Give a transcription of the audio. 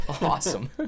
Awesome